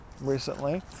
recently